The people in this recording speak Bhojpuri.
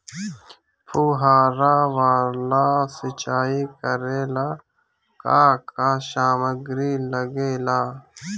फ़ुहारा वाला सिचाई करे लर का का समाग्री लागे ला?